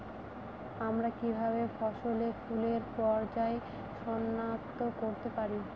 আমরা কিভাবে ফসলে ফুলের পর্যায় সনাক্ত করতে পারি?